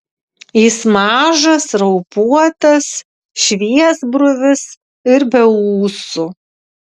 jis mažas raupuotas šviesbruvis ir be ūsų